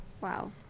Wow